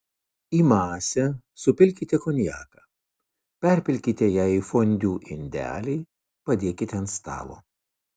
į masę supilkite konjaką perpilkite ją į fondiu indelį padėkite ant stalo